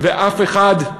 ואף אחד,